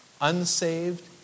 unsaved